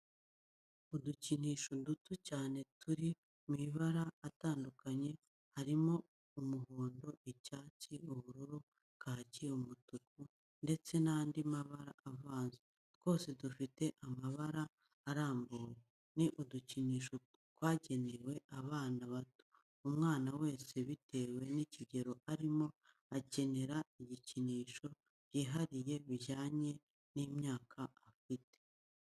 Udukinisho duto cyane turi mu mabara atandukanye harimo umuhondo, icyatsi, ubururu, kaki, umutuku ndetse n'andi mabara avanze, twose dufite amababa arambuye. Ni udukinisho twagenewe abana bato. Umwana wese bitewe n'ikigero arimo akenera ibikinsho byihariye bijyanye n'imyaka afite.